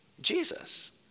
Jesus